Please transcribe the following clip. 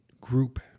Group